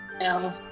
No